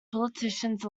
politicians